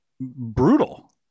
brutal